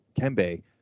Kembe